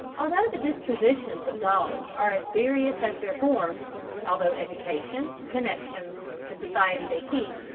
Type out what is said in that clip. although the dispositions of dogs are as various as their forms although education, connections, the society they keep,